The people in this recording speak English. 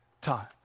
time